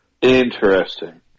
Interesting